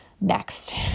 next